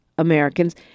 Americans